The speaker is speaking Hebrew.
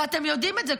ואתם יודעים את זה.